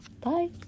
Bye